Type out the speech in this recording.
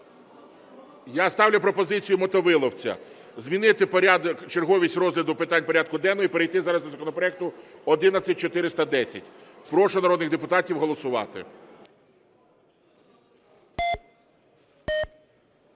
Я ставлю пропозицію Мотовиловця змінити порядок, черговість розгляду питань порядку денного і перейти зараз до законопроекту 11410. Прошу народних депутатів голосувати.